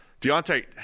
Deontay